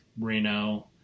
Reno